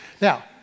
Now